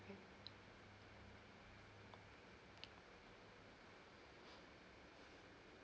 okay